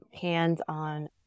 hands-on